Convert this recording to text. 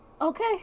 Okay